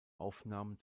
aufnahmen